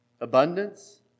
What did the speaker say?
abundance